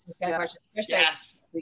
Yes